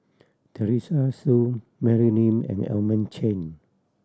Teresa Hsu Mary Lim and Edmund Chen